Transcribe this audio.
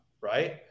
right